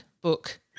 book